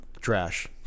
trash